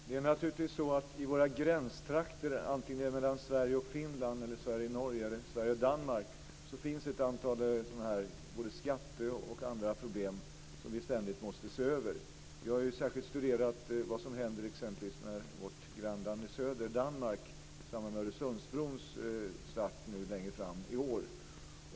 Fru talman! I våra gränstrakter, oavsett om det är mellan Sverige och Finland, Sverige och Norge eller Sverige och Danmark, så finns det naturligtvis ett antal sådana skatteproblem och andra problem som vi ständigt måste se över. Vi har särskilt studerat vad som händer exempelvis i vårt grannland i söder, Danmark, i samband med Öresundsbrons öppnande längre fram i år.